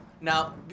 Now